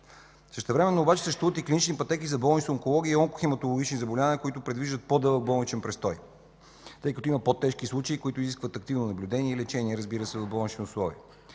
Същевременно обаче съществуват и клинични пътеки за болнична онкология и онкохематологични заболявания, които предвиждат по-дълъг болничен престой, тъй като има по-тежки случаи, които изискват активно наблюдение и лечение в болнични условия.